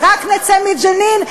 ורק נצא מג'נין,